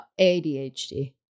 ADHD